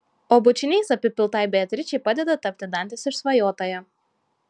o bučiniais apipiltai beatričei padeda tapti dantės išsvajotąja